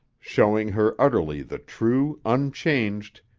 showing her utterly the true, unchanged,